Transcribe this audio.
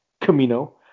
Camino